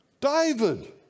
David